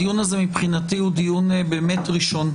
הדיון הזה מבחינתי הוא דיון באמת ראשון.